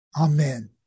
Amen